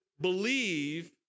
believe